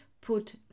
put